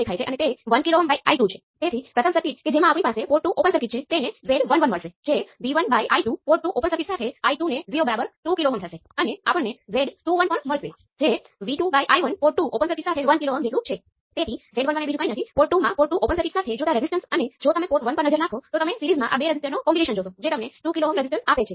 દાખલા તરીકે સૌ પ્રથમ આપણે y11 પર નજર કરીએ આપણે રેશિયો I1 V1 લઈ રહ્યા છીએ જ્યારે Z11 માટે આપણે V1 I1 લઈ રહ્યા છીએ પરંતુ y11 પોર્ટ 2 શોર્ટ સર્કિટ સાથે માપવામાં આવે છે Z11 પોર્ટ બે ઓપન સર્કિટ સાથે માપવામાં આવે છે